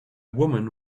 woman